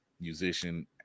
musician